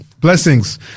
Blessings